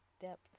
depth